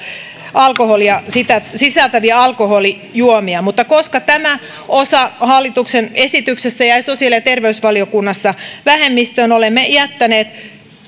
alkoholia sisältäviä alkoholijuomia mutta koska tämä osa hallituksen esityksestä jäi sosiaali ja terveysvaliokunnassa vähemmistöön olemme jättäneet